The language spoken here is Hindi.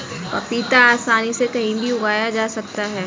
पपीता आसानी से कहीं भी उगाया जा सकता है